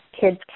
Kids